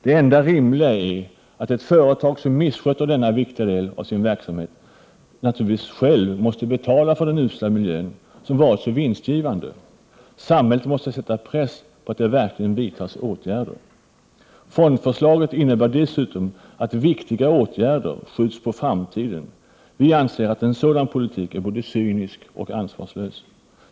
Det enda rimliga är att ett företag som missköter denna viktiga del av sin verksamhet naturligtvis själv måste betala för den usla miljön, som har varit så vinstgivande. Samhället måste sätta press på att det verkligen vidtas åtgärder. Fondförslaget innebär dessutom att viktiga åtgärder skjuts på framtiden. Vi anser att en sådan politik är både cynisk och ansvarslös.